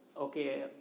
okay